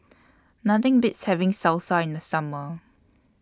Nothing Beats having Salsa in The Summer